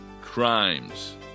crimes